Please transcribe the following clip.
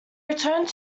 returned